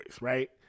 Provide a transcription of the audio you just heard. right